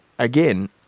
Again